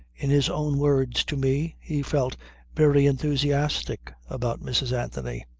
in his own words to me, he felt very enthusiastic about mrs. anthony.